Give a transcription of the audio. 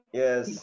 yes